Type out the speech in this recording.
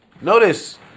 notice